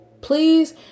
please